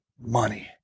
money